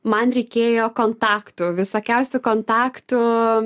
man reikėjo kontaktų visokiausių kontaktų